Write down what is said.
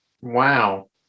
Wow